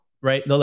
right